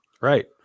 Right